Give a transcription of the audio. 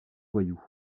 voyous